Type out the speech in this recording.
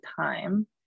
time